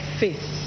faith